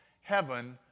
heaven